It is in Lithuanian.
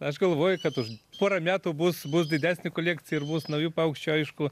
aš galvoju kad už porą metų bus bus didesnė kolekcija ir bus naujų paukščių aišku